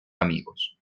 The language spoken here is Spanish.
amigos